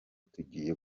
tugiye